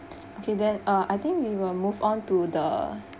okay then uh I think we will move on to the